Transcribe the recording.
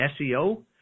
SEO